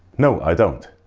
no i don't.